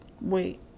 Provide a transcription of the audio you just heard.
Wait